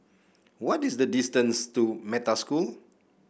what is the distance to Metta School